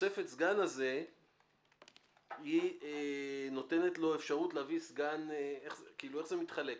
שתוספת הסגן הזאת נותנת לו אפשרות להביא סגן איך זה מתחלק?